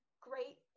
great